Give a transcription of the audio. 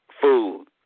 food